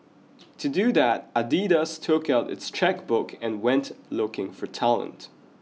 to do that Adidas took out its chequebook and went looking for talent